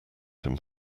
him